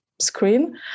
screen